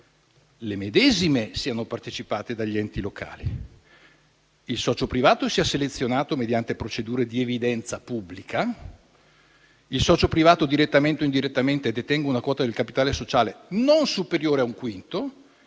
le medesime siano partecipate dagli enti locali, che il socio privato, selezionato mediante procedure di evidenza pubblica, detenga, direttamente o indirettamente, una quota del capitale sociale non superiore a un quinto